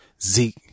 Zeke